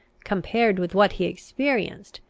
compared with what he experienced,